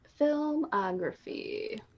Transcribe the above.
Filmography